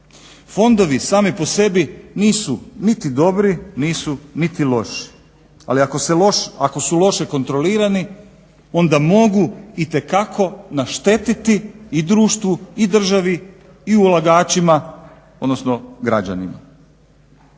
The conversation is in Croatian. Fondovi sami po sebi nisu niti dobri nisu niti loši, ali ako su loše kontrolirani onda mogu itekako naštetiti i društvu i državi i ulagačima odnosno građanima,